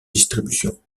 distribution